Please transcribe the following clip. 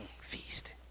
feast